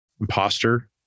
imposter